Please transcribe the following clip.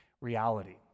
reality